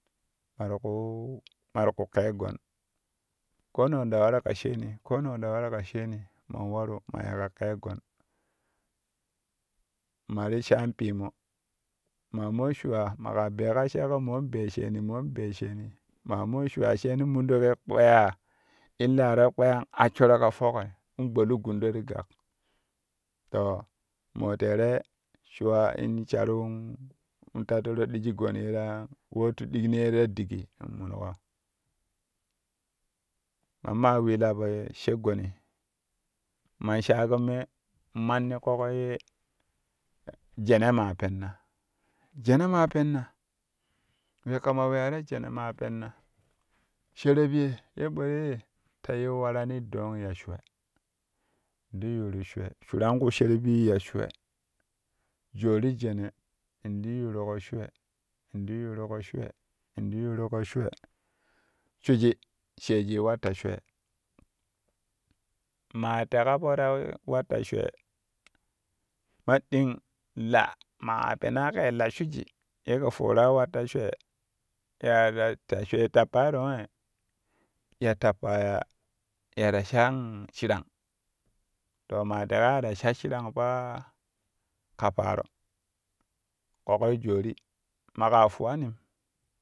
Ma ti ƙu ma ti ku kɛɛ gon koo nong ta waru ka sheeni koo nong ta waru ka sheeni man waru ma yikka kɛɛ gon ma ti sha an piimo mamo shuwa maƙa beeƙa sheeƙo moon be sheeni moon bee sheeni ma mo shuwa sheeno mundok ye kpeyaa illaro kpeeya asshoro ka foki in gbolu gundol ti gak too moo teere shuwa in sharu in tattaro digi goni ye ta woofu dinginee ta digi in mungo mamma wila ye she goni man shago me manni ƙokoi ye jene ma penna jene maa penna wee kama ma weya ta jene ma penna shereb ye ye ɓo ye ti yiu warani doong ya shuwe ti yuuru shuwe shuranku sherebi ya shuwe joori jene in ti youruko shuwe in to yuuruƙo shuwe inti yuuruƙo shuwe shwiji sheejui wat ta shwee maa leƙa po ta wat ta shwee ma ɗing la maƙa penaa kɛ la shwiji ye kɛ foora wat ta shwee leka ya ta shwee tappaa tongee? Ya tappa ya ya ta sha shirang to ma teƙa ya ta sha shirang paa a ka paaro ƙoƙoijoori maƙa fuwanim